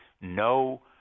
no